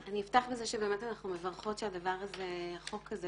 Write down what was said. אני אפתח בזה שאנחנו מברכות שהחוק הזה,